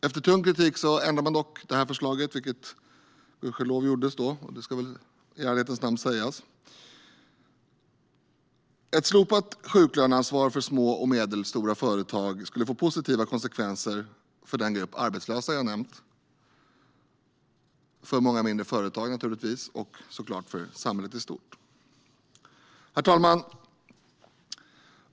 Efter tung kritik ändrade man gudskelov förslaget, ska väl i ärlighetens namn sägas. Slopat sjuklöneansvar för små och medelstora företag skulle få positiva konsekvenser för den grupp arbetslösa jag nämnt, för många mindre företag och såklart för samhället i stort. Herr talman!